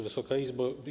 Wysoka Izbo!